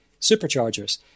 superchargers